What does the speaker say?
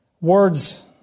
Words